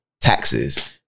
taxes